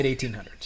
1800s